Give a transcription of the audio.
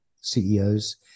CEOs